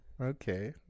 Okay